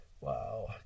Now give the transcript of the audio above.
wow